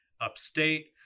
upstate